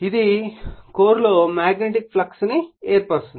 ఇది కోర్ లో magnetic flux ను ఏర్పరుస్తుంది